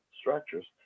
structures